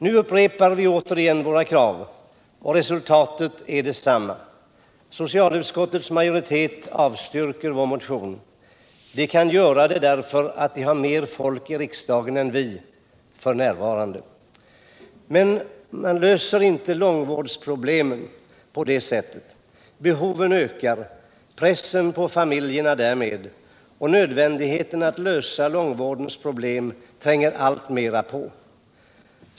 Nu upprepar vi våra krav, men resultatet har blivit detsamma. Socialutskottets majoritet har avstyrkt vår motion. De borgerliga har kunnat göra detta, därför att de f. n. har mer folk i riksdagen än vi. Men man löser inte problemen inom långtidsvården på det sättet. Behoven ökar och därmed pressen på familjerna. Nödvändigheten av att lösa långtidsvårdens problem tränger på alltmer.